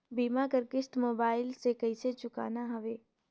बीमा कर किस्त मोबाइल से कइसे चुकाना हवे